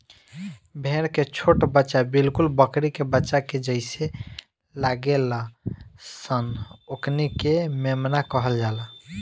भेड़ के छोट बच्चा बिलकुल बकरी के बच्चा के जइसे लागेल सन ओकनी के मेमना कहल जाला